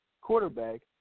quarterback